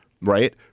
right